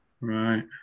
Right